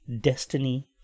destiny